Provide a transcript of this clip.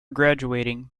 graduating